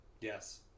Yes